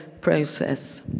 process